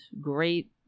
great